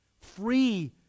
Free